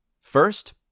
First